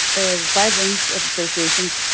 a wide range of associations,